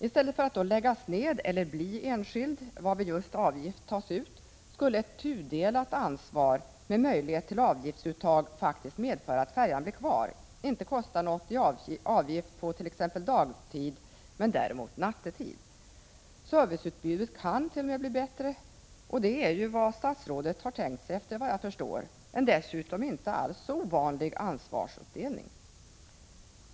I stället för att färjeleden då läggs ned eller blir enskild, varvid just avgift tas ut, skulle ett tudelat ansvar med möjlighet till avgiftsuttag faktiskt medföra att färjan blir kvar och inte kostar något i avgift t.ex. på dagtid men däremot nattetid. Serviceutbudet kan t.o.m. bli bättre. — Detta är ju vad statsrådet tänkt sig, efter vad jag förstår. Detta är dessutom en inte alls ovanlig ansvarsuppdelning.